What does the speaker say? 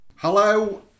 Hello